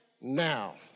now